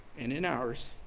and in ours,